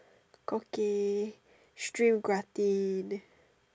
Cookie Stream Gratin